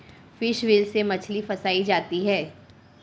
fish wheel से मछली फँसायी जाती है